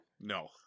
No